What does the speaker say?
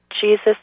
Jesus